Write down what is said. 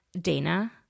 Dana